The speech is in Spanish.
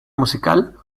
musical